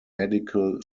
medical